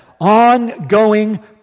ongoing